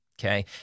okay